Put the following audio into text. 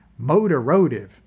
Motorotive